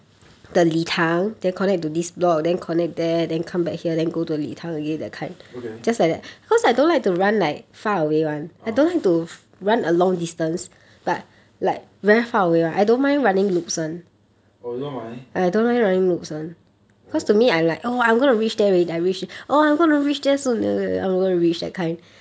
okay ah oh you don't mind oh